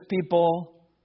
people